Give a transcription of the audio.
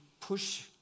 push